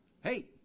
hey